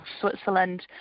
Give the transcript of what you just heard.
Switzerland